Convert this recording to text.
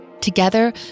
Together